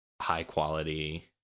high-quality